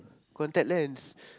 contact lens